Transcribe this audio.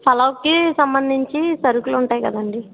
ఫలవ్కి సంబంధించి సరుకులు ఉంటాయి కదండీ